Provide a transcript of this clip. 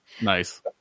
Nice